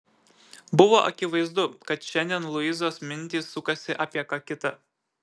buvo akivaizdu kad šiandien luizos mintys sukasi apie ką kita